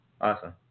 awesome